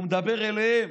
מתל אביב, והוא מדבר אליהם.